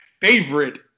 favorite